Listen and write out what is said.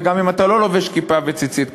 וגם אם אתה לא לובש כיפה וציצית כמוני,